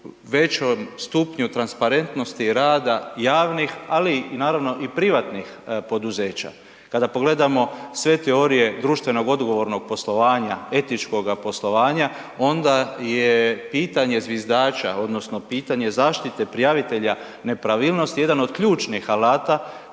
većem stupnju transparentnosti rada javnih, ali i naravno i privatnih poduzeća. Kada pogledamo sve teorije društveno odgovornog poslovanja, etičkoga poslovanja, onda je pitanje zviždača, odnosno pitanje zaštite prijavitelja nepravilnosti jedan od ključnih alata